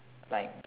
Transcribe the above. find